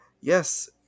Yes